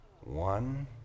One